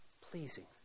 pleasing